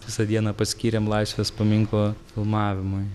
visą dieną paskyrėm laisvės paminklo filmavimui